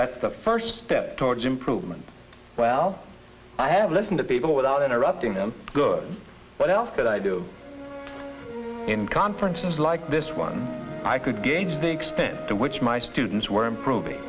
that's the first step towards improvement well i have listened to people with interrupting them good what else could i do in conferences like this one i could gauge the extent to which my students were improving